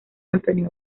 antonio